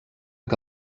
que